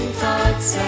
thoughts